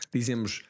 Dizemos